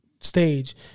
stage